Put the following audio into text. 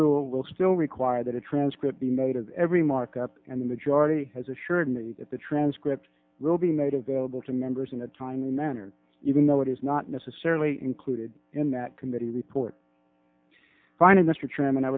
rule will still require that a transcript be made of every markup and the majority has assured me that the transcript will be made available to members in a timely manner even though it is not necessarily included in that committee report finding mr